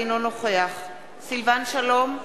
אינו נוכח סילבן שלום,